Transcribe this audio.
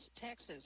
Texas